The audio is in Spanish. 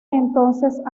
entonces